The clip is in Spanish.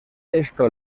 esto